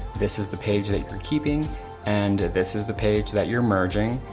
this is the page that you're keeping and this is the page that you're merging,